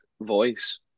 voice